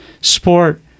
sport